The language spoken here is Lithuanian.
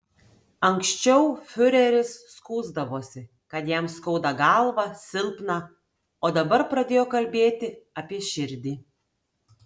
anksčiau fiureris skųsdavosi kad jam skauda galvą silpna o dabar pradėjo kalbėti apie širdį